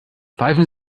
pfeifen